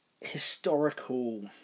historical